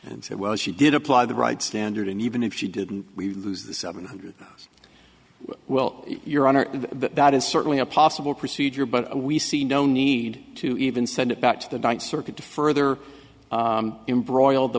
said well she did apply the right standard and even if she didn't we lose the seven hundred well your honor that is certainly a possible procedure but we see no need to even send it back to the diet circuit to further embroiled the